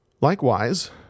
Likewise